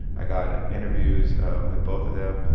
i got interviews with both of them.